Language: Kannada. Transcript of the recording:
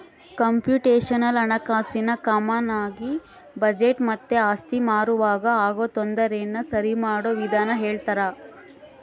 ಕಂಪ್ಯೂಟೇಶನಲ್ ಹಣಕಾಸಿನಾಗ ಕಾಮಾನಾಗಿ ಬಜೆಟ್ ಮತ್ತೆ ಆಸ್ತಿ ಮಾರುವಾಗ ಆಗೋ ತೊಂದರೆನ ಸರಿಮಾಡೋ ವಿಧಾನ ಹೇಳ್ತರ